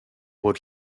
would